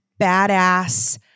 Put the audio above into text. badass